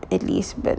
at least but